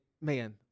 man